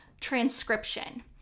transcription